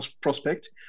prospect